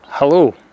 Hello